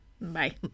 Bye